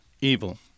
evil